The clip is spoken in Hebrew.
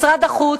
משרד החוץ,